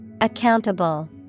Accountable